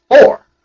four